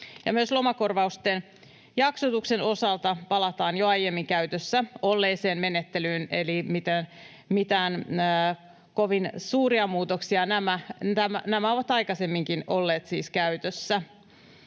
myös lomakorvausten jaksotuksen osalta palataan jo aiemmin käytössä olleeseen menettelyyn, eli mitään kovin suuria muutoksia nämä eivät ole. Nämä ovat aikaisemminkin olleet siis käytössä.